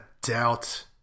doubt